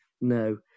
no